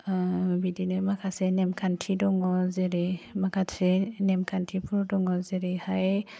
ओह बिदिनो माखासे नेमखान्थि दङ जेरै माखासे नेमखान्थिफोर दङ जेरैहाय